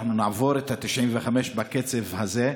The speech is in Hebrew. אנחנו נעבור את ה-95 בקצב הזה.